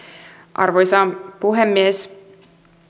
arvoisa puhemies